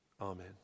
Amen